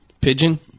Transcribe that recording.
Pigeon